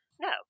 no